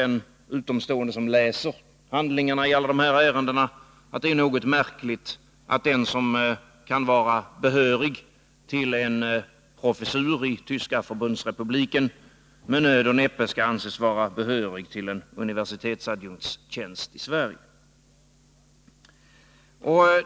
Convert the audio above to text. En utomstående som läser handlingarna i alla dessa ärenden noterar att det är något märkligt att den som kan vara behörig till en professur i Tyska förbundsrepubliken med nöd och näppe anses vara behörig till en tjänst som universitetsadjunkt i Sverige.